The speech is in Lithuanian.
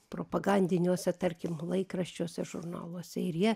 propagandiniuose tarkim laikraščiuose žurnaluose ir jie